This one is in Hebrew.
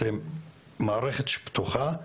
אתם מערכת שפתוחה,